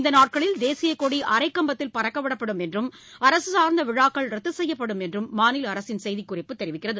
இந்த நாட்களில் தேசியகொடி அரைக்கம்பத்தில் பறக்க விடப்படும் என்றும் அரசு சார்ந்த விழாக்கள் ரத்து செய்யப்படும் என்றும் மாநில அரசின் செய்திக்குறிப்பு தெரிவிக்கிறது